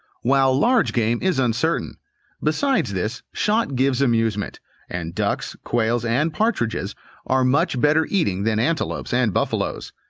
while large game is uncertain besides this, shot gives amusement and ducks, quails, and partridges are much better eating than antelopes and buffaloes.